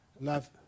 Love